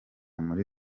muri